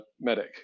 medic